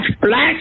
black